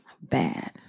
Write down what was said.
bad